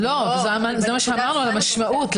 לא, זה מה שאמרנו על המשמעות.